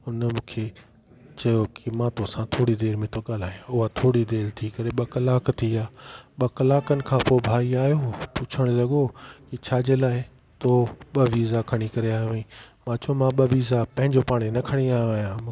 उन मूंखे चयो की मां तोसां थरी देर में थो ॻाल्हायां उहा थोरी देर थी करे ॿ कलाक थी विया ॿ कलाकनि खां पो भई आहियो पुछणु लॻो की छाजे लाइ पोइ ॿ वीज़ा खणी करे आहियो आईं मां चयुमि मां ॿ वीज़ा पंहिंजो पाण ई न खणी आयो आहियां